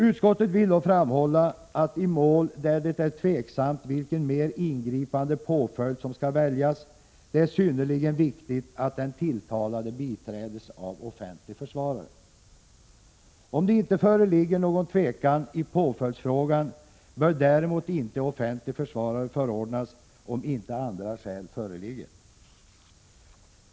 Utskottet vill dock framhålla att, i mål där det är tveksamt vilken mer ingripande påföljd som skall väljas, det är synnerligen viktigt att den tilltalade biträds av offentlig försvarare. Om det inte föreligger någon tvekan i påföljdsfrågan bör däremot inte offentlig försvarare förordnas, såvitt inte andra skäl föreligger.